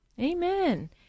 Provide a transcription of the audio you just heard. Amen